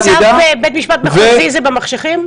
יידע --- צו בית משפט מחוזי זה במחשכים?